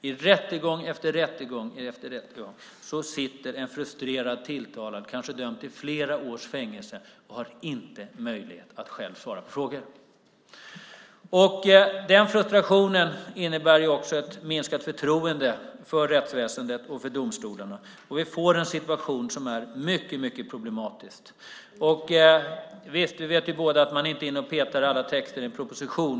I rättegång efter rättegång sitter en frustrerad tilltalad, kanske dömd till flera års fängelse, och har inte möjlighet att själv svara på frågor. Den frustrationen innebär också ett minskat förtroende för rättsväsendet och domstolarna. Vi får en situation som är mycket problematisk. Både justitieministern och jag vet att man inte är inne och petar i alla texter i en proposition.